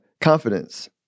confidence